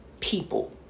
People